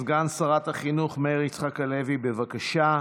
סגן שרת החינוך מאיר יצחק הלוי, בבקשה,